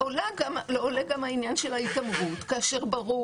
עולה גם העניין של ההתעמרות כאשר ברור